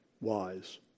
wise